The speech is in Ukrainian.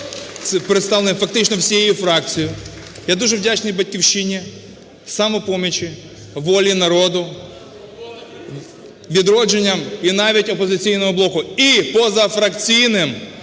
Я дуже вдячний "Батьківщині", "Самопомочі", "Волі народу", "Відродження" і навіть "Опозиційному блоку", і позафракційним,